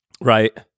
Right